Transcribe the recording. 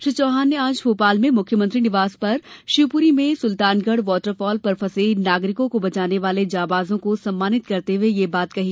श्री चौहान ने आज भोपाल में मुख्यमंत्री निवास पर शिवपूरी में सुल्तानगढ़ वाटरफॉल पर फंसे नागरिकों को बचाने वाले जाबांजों को सम्मानित करते हुये यह बात कही